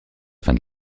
fin